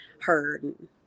heard